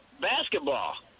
basketball